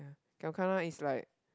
giam gana is like